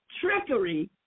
trickery